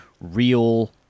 real